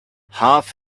half